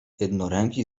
jednoręki